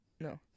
No